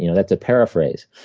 you know that's a paraphrase.